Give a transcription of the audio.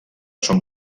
són